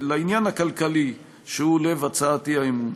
לעניין הכלכלי, שהוא לב הצעת האי-אמון,